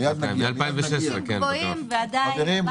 --- מימושים גבוהים --- חברים,